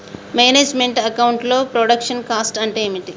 Manage meant account లో production cost అంటే ఏమిటి?